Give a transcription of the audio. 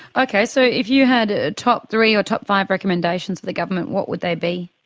okay, so if you had a top three or top five recommendations for the government, what would they be?